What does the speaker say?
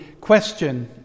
question